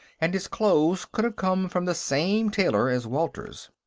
and his clothes could have come from the same tailor as walter's.